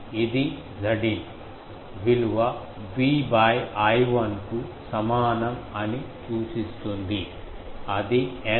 ఇది Zin విలువ V I1 కు సమానం అని సూచిస్తుంది అది N స్క్వేర్ Z11 కు సమానం